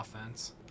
offense